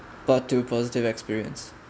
part two positive experience